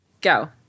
Go